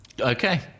Okay